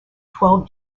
twelve